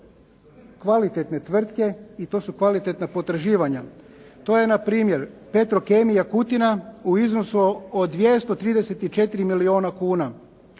kvalitetne tvrtke i to su kvalitetna potraživanja. To je na primjer Petrokemija Kutina u iznosu od 234 milijuna kuna,